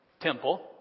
temple